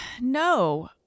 no